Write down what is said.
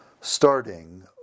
starting